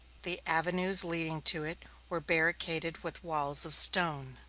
the avenues leading to it were barricaded with walls of stone.